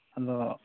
ᱟᱫᱚ